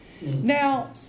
Now